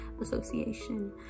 Association